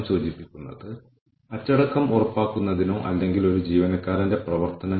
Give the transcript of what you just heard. പരിശീലനത്തിലും മറ്റും പങ്കെടുക്കാത്ത പ്രോഗ്രാം നടത്തിപ്പിൽ ഏർപ്പെട്ടിരിക്കുന്ന ജീവനക്കാരുടെ എണ്ണം മുതലായവ